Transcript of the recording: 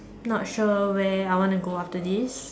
not sure where I want to go after this